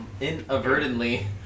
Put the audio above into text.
inadvertently